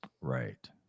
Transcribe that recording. Right